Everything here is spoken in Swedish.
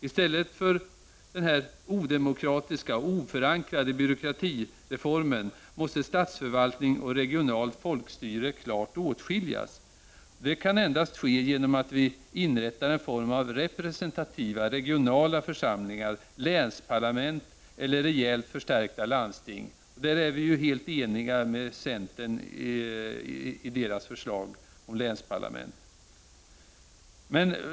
I stället för att anta denna odemokratiska och oförankrade byråkratireform måste vi se till att statsförvaltning och regionalt folkstyre klart åtskiljs. Detta kan endast ske genom att vi inrättar en form av representativa regionala församlingar, länsparlament eller rejält förstärkta landsting. Där är vi helt eniga med centern i dess förslag om länsparlament.